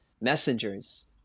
messengers